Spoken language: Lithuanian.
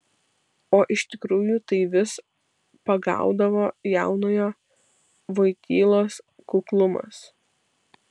o iš tikrųjų tai vis pagaudavo jaunojo vojtylos kuklumas